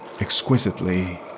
exquisitely